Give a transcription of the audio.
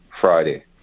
Friday